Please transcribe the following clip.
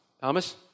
Thomas